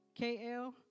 KL